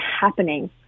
happening